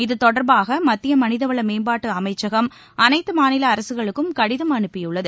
இத்தொடர்பாக மத்திய மனிதவள மேம்பாட்டு அமைச்சகம் அனைத்து மாநில அரசுகளுக்கும் கடிதம் அனுப்பியுள்ளது